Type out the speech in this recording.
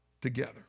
together